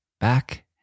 back